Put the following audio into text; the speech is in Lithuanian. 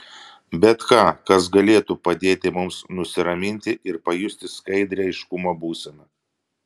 bet ką kas galėtų padėti mums nusiraminti ir pajusti skaidrią aiškumo būseną